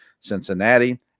cincinnati